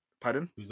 Pardon